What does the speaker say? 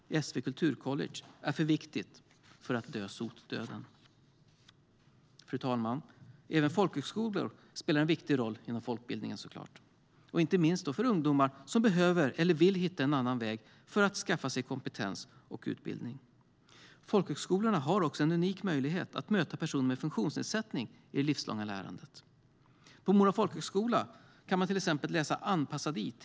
SV Kulturcollege är för viktigt för att dö sotdöden. Fru talman! Även folkhögskolor spelar såklart en viktig roll inom folkbildningen, inte minst för ungdomar som behöver eller vill hitta en annan väg för att skaffa sig kompetens och utbildning. Folkhögskolorna har också en unik möjlighet att möta personer med funktionsnedsättning i det livslånga lärandet. På Mora folkhögskola kan man till exempel läsa anpassad it.